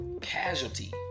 casualty